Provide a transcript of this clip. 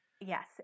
Yes